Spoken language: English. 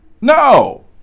No